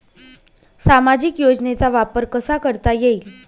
सामाजिक योजनेचा वापर कसा करता येईल?